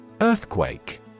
Earthquake